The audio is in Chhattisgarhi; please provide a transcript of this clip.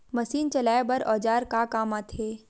मशीन चलाए बर औजार का काम आथे?